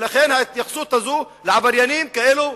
ולכן ההתייחסות הזו לעבריינים כאלה,